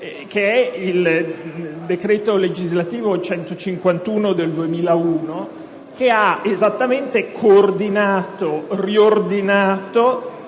unico, il decreto‑legislativo n. 151 del 2001, che ha esattamente coordinato e riordinato